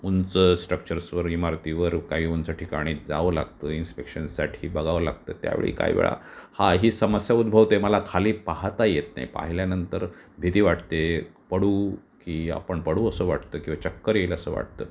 उंच स्ट्रक्चर्सवर इमारतीवर काही उंच ठिकाणी जावं लागतं इन्स्पेक्शनसाठी बघावं लागतं त्या वेळी काही वेळा हा ही समस्या उद्भवते मला खाली पाहता येत नाही पाहिल्यानंतर भीती वाटते पडू की आपण पडू असं वाटतं किंवा चक्कर येईल असं वाटतं